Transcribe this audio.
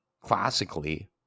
classically